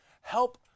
help